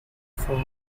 for